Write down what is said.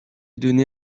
donné